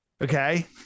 okay